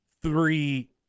three